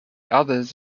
others